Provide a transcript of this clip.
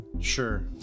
Sure